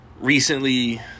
Recently